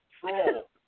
troll